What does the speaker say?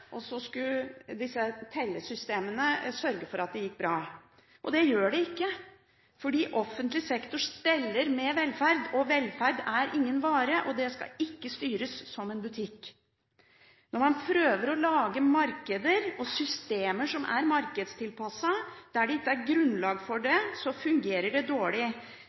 og så skulle disse tellesystemene sørge for at det gikk bra. Det gjør det ikke, fordi offentlig sektor steller med velferd, men velferd er ingen vare og skal ikke styres som en butikk. Når man prøver å lage markeder og systemer som er markedstilpasset der det ikke er grunnlag for det, fungerer det dårlig.